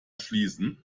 schließen